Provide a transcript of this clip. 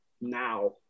now